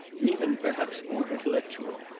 even, perhaps more intellectual.